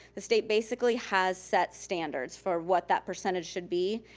the state basically has set standards for what that percentage should be.